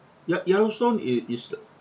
ye~ yellowstone it is the